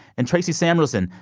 and tracey samuelson,